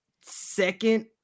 second